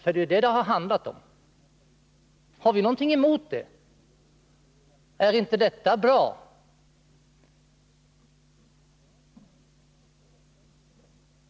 — För det är ju detta som det har handlat om. Är det inte bra?